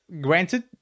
granted